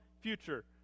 future